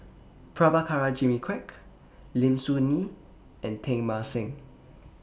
Prabhakara Jimmy Quek Lim Soo Ngee and Teng Mah Seng